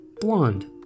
blonde